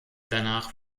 danach